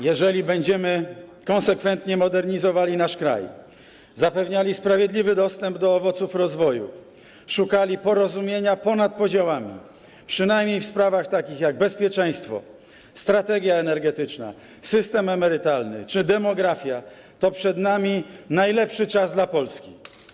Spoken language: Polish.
Jeżeli będziemy konsekwentnie modernizowali nasz kraj, zapewniali sprawiedliwy dostęp do owoców rozwoju, szukali porozumienia ponad podziałami, przynajmniej w sprawach takich jak bezpieczeństwo, strategia energetyczna, system emerytalny czy demografia, to przed nami najlepszy czas dla Polski.